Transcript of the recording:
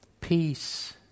Peace